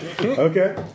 Okay